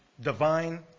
Divine